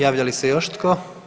Javlja li se još tko?